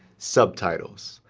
subtitles.